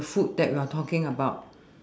the food that we are talking about